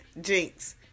Jinx